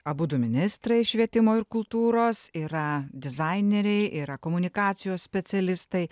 abudu ministrai švietimo ir kultūros yra dizaineriai yra komunikacijos specialistai